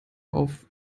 auf